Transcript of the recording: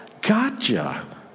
Gotcha